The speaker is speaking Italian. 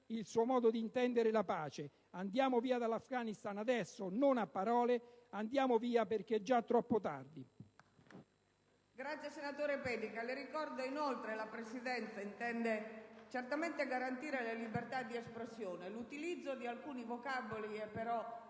il suo modo di intendere la pace. Andiamo via dall'Afghanistan adesso e non a parole. Andiamo via perché già troppo tardi.